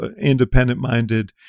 independent-minded